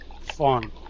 fun